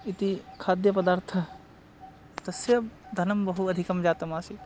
इति खाद्यपदार्थः तस्य धनं बहु अधिकं जातम् आसीत्